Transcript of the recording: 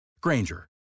Granger